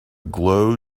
glow